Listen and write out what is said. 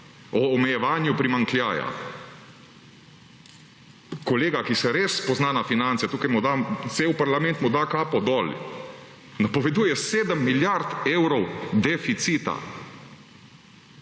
o omejevanju primanjkljaja. Kolega, ki se res spozna na finance, tukaj mu dam, cel parlament mu da kapo dol, napoveduje sedem milijard evrov deficita.